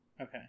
Okay